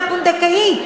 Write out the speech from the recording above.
מה זה "לא הפונדקאית"?